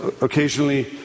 occasionally